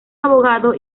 abogado